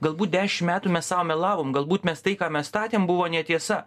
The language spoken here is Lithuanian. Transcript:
galbūt dešim metų mes sau melavom galbūt mes tai ką mes statėm buvo netiesa